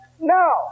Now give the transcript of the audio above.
No